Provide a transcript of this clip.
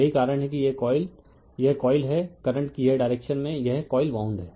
यही कारण है कि यह कॉइल यह कॉइल है करंट की यह डायरेक्शन में यह कॉइल वाउंड है